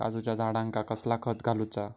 काजूच्या झाडांका कसला खत घालूचा?